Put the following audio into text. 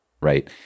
right